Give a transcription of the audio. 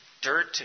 dirt